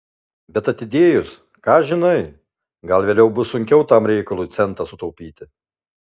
bet atidėjus ką žinai gal vėliau bus sunkiau tam reikalui centą sutaupyti